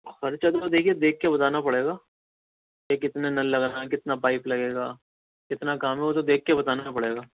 خرچہ جو ہے دیکھیے دیکھ کے بتانا پڑے گا کہ کتنا نل لگانا ہے کتنا پائپ لگے گا کتنا کام ہے وہ تو دیکھ کے بتانا پڑے گا